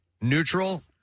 neutral